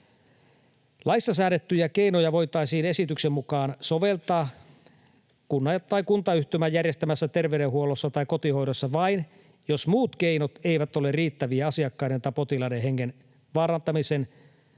Laissa säädettyjä keinoja voitaisiin esityksen mukaan soveltaa kunnan tai kuntayhtymän järjestämässä terveydenhuollossa tai kotihoidossa vain, jos muut keinot eivät ole riittäviä asiakkaiden tai potilaiden hengen vaarantumisen